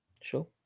Sure